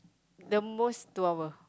the most two hour